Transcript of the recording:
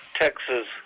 Texas